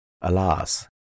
alas